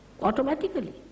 automatically